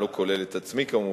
לא כולל את עצמי כמובן,